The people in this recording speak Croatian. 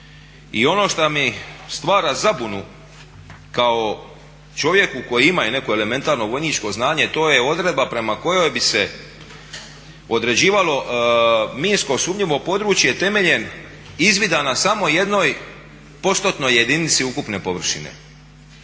i ono šta mi stvara zabunu kao čovjeku koji ima i neko elementarnu vojničko znanje to je odredba prema kojoj bi se određivalo minsko sumnjivo područje temeljem izvida na samo jednoj postotnoj jedinici ukupne površine.